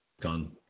gone